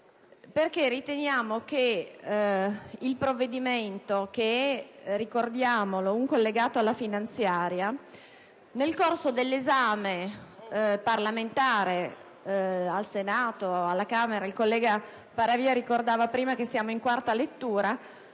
1195-B ritenendo che il provvedimento, che ricordiamo è un collegato alla finanziaria, nel corso dell'esame parlamentare al Senato e alla Camera (il collega Paravia prima ricordava che siamo in quarta lettura)